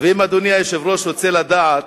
ואם אדוני היושב-ראש רוצה לדעת,